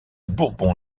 bourbon